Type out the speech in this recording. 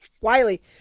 Wiley